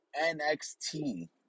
NXT